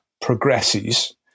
progresses